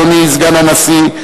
אדוני סגן הנשיא,